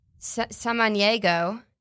Samaniego